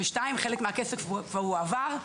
ב-2022, חלק מהכסף כבר הועבר.